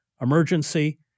emergency